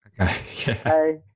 Okay